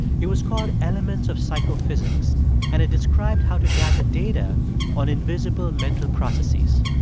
it was called elements of psychophysics and it described how to gather data on invisible mental processes.